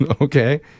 Okay